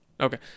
Okay